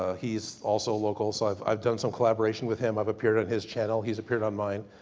ah he's also local so i've i've done some collaboration with him, i've appeared on his channel, he's appeared on mine.